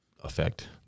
effect